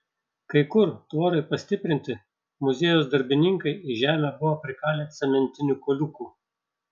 kai kur tvorai pastiprinti muziejaus darbininkai į žemę buvo prikalę cementinių kuoliukų